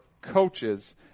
coaches